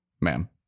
ma'am